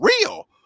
real